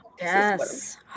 yes